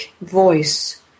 voice